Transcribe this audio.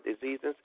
diseases